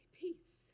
peace